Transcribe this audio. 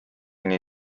nii